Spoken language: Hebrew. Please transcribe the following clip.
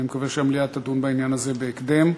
אני מקווה שהמליאה תדון בעניין הזה בהקדם.